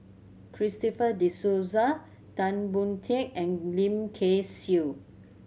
Christopher De Souza Tan Boon Teik and Lim Kay Siu